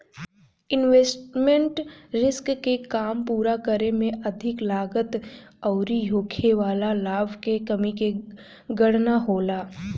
investment risk के काम पूरा करे में अधिक लागत अउरी होखे वाला लाभ के कमी के गणना होला